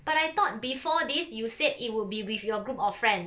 but I thought before this you said it will be with your group of friends